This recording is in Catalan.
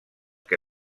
que